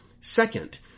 Second